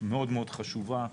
מאוד מאוד חשובה.